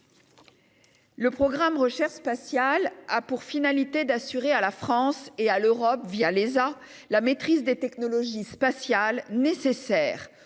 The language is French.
Ce programme a pour finalité d'assurer à la France, et à l'Europe l'ESA, la maîtrise des technologies spatiales nécessaires